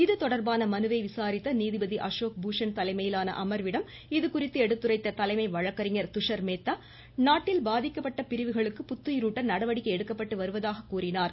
இதுதொடர்பான மனுவை விசாரித்த நீதிபதி அசோக் பூஷன் தலைமையிலான அமர்விடம் இதுகுறித்து எடுத்துரைத்த தலைமை வழக்கறிஞர் துஷர் மேத்தா நாட்டில் பாதிக்கப்பட்ட பிரிவுகளுக்கு புத்துயிருட்ட நடவடிக்கை எடுக்கப்பட்டு வருவதாக கூறினார்